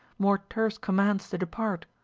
more terse commands to depart,